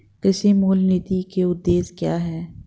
कृषि मूल्य नीति के उद्देश्य क्या है?